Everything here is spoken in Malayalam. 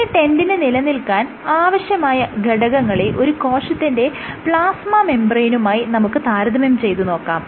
ഇനി ടെന്റിന് നിലനിൽക്കാൻ ആവശ്യമായ ഘടകങ്ങളെ ഒരു കോശത്തിന്റെ പ്ലാസ്മ മെംബ്രേയ്നുമായി നമുക്ക് താരതമ്യം ചെയ്തുനോക്കാം